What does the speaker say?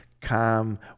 calm